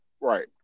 Right